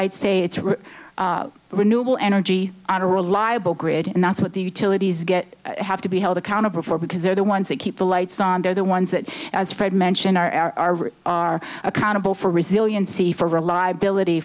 i'd say it's a renewable energy on a reliable grid and that's what the utilities get have to be held accountable for because they're the ones that keep the lights on they're the ones that as fred mentioned are are accountable for resiliency for reliability